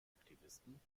aktivisten